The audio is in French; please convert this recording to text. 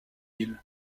ils